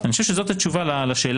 אני חושב שזאת התשובה לשאלה,